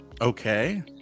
Okay